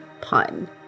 Pun